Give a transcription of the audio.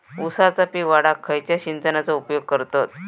ऊसाचा पीक वाढाक खयच्या सिंचनाचो उपयोग करतत?